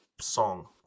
song